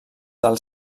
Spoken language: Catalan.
del